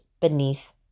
beneath